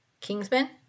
Kingsman